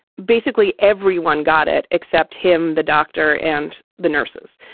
basically everyone got it except him, the doctor and the nurses.